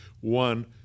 One